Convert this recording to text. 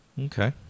okay